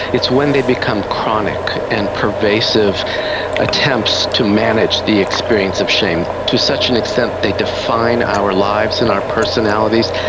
it's when they become chronic and pervasive attempts to manage the experience of shame, to such an extent they define our lives and our personalities,